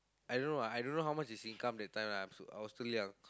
I don't know ah I don't know how much his income that time ah I I was still young